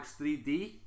3D